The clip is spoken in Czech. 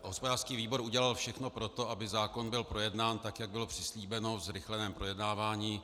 Hospodářský výbor udělal všechno pro to, aby zákon byl projednán tak, jak bylo přislíbeno ve zrychleném projednávání.